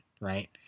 right